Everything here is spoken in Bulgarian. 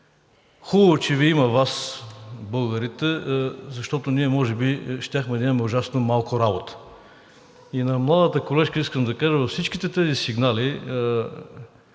„Хубаво е, че Ви има Вас, българите, защото ние може би щяхме да имаме ужасно малко работа.“ И на младата колежка искам да кажа: във всичките тези сигнали,